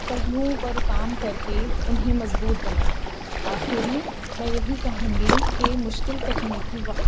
پہلوؤں پر کام کر کے انہیں مضبوط بنائیں آخر میں میں یہی کہوں گی کہ مشکل تکنیکی وقت